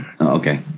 Okay